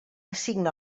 assigna